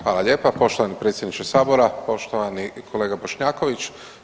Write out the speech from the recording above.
Hvala lijepa poštovani predsjedniče Sabora, poštovani kolega Bošnjaković.